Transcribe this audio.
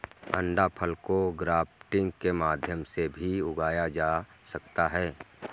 अंडाफल को ग्राफ्टिंग के माध्यम से भी उगाया जा सकता है